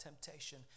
temptation